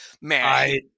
Man